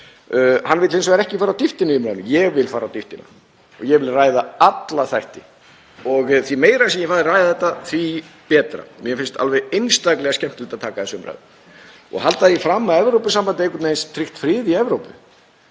Hann vill hins vegar ekki að fara á dýptina í umræðunni. Ég vil fara á dýptina og ég vil ræða alla þætti. Því meira sem ég fæ að ræða þetta, þeim mun betra. Mér finnst alveg einstaklega skemmtilegt að taka þessa umræðu. Að halda því fram að Evrópusambandið hafi einhvern veginn tryggt frið í Evrópu